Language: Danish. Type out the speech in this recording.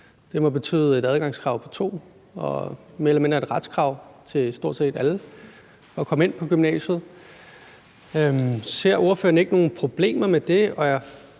Det må betyde et adgangskrav på 2 og mere eller mindre et retskrav til stort set alle på at komme ind på gymnasiet. Ser ordføreren ikke nogen problemer med det? Og jeg